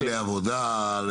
כלי עבודה.